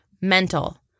mental